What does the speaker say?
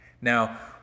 Now